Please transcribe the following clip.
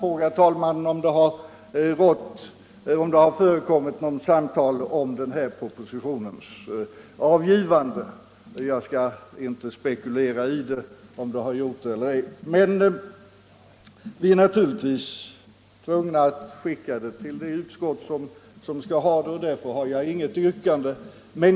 Dekorum förbjuder mig väl att fråga herr talmannen om det förekommit något samtal om de här propositionernas avgivande på sätt som anges i riksdagsordningen, och jag skall inte spekulera i om det har gjort det eller ej. Vi är naturligtvis tvungna att remittera propositionerna till det utskott som skall handlägga dem, och jag har därför inget yrkande.